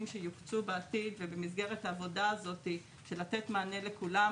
שיוקצו בעתיד ובמסגרת העבודה הזאת של לתת מענה לכולם,